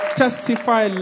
testify